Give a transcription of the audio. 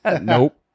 Nope